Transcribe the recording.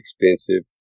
expensive